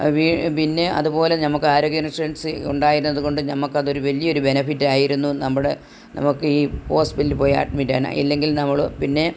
അത് പി പിന്നെ അതുപോലെ നമുക്ക് ആരോഗ്യ ഇൻഷൂറൻസ് ഉണ്ടായിരുന്നതുകൊണ്ട് നമുക്ക് അതൊരു വലിയ ഒരു ബെനെഫിറ്റായിരുന്നു നമ്മുടെ നമുക്ക് ഈ ഹോസ്പിറ്റലിൽപോയി അഡ്മിറ്റായി ഇല്ലെങ്കിൽ നമ്മൾ പിന്നെ